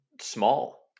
small